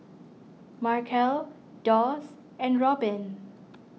Markel Doss and Robbin